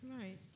right